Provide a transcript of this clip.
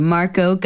Marco